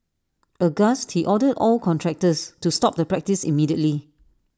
aghast he ordered all contractors to stop the practice immediately